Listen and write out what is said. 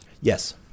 yes